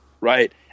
right